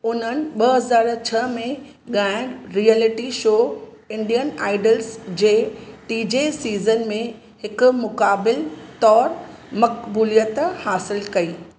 उन्हनि ॿ हज़ार छह में ॻाइणु रिएलिटी शो इंडियन आइडल्स जे टीजे सीज़न में हिकु मुक़ाबिल तौरु मक़बूलियत हासिलु कई